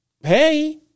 Hey